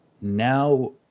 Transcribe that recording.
now